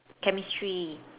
Chemistry